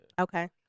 Okay